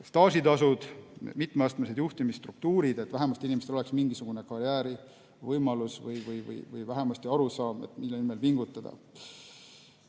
Staažitasud, mitmeastmelised juhtimisstruktuurid –inimestel oleks mingisugunegi karjäärivõimalus või vähemasti arusaam, mille nimel pingutada.